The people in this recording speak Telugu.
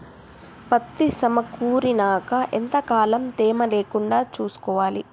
పత్తి సమకూరినాక ఎంత కాలం తేమ లేకుండా చూసుకోవాలి?